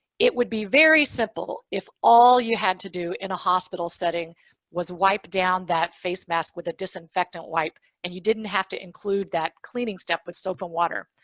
it would be very simple if all you had to do in a hospital setting was wipe down that face mask with a disinfectant wipe and you didn't have to include that cleaning step with soap and water.